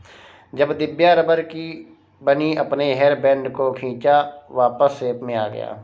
जब दिव्या रबड़ की बनी अपने हेयर बैंड को खींचा वापस शेप में आ गया